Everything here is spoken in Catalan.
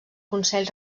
consell